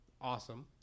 Awesome